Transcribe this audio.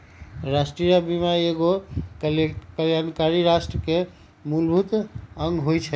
राष्ट्रीय बीमा एगो कल्याणकारी राष्ट्र के मूलभूत अङग होइ छइ